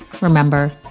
remember